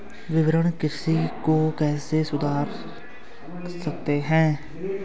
विपणन कृषि को कैसे सुधार सकते हैं?